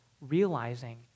realizing